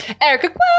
Erica